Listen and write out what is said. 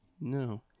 No